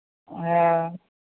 हाँ